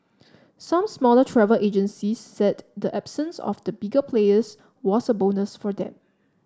some smaller travel agencies said the absence of the bigger players was a bonus for them